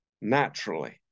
Naturally